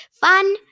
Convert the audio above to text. Fun